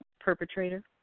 perpetrator